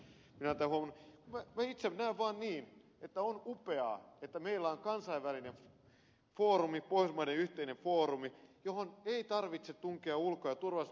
minä itse näen vaan niin että on upeaa että meillä on kansainvälinen foorumi pohjoismaiden yhteinen foorumi johon ei tarvitse tunkea ulko ja turvallisuuspolitiikkaa